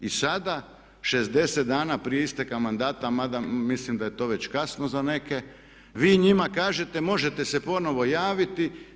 I sada 60 dana prije isteka mandata mada mislim da je to već kasno za neke vi njima kažete možete se ponovo javiti.